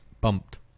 bumped